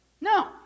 No